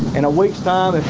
in a week's time